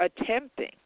attempting